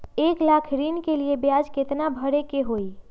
एक लाख ऋन के ब्याज केतना भरे के होई?